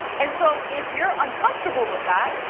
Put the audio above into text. and so if you're uncomfortable with that,